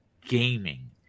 gaming